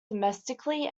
domestically